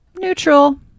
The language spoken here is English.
Neutral